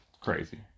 crazy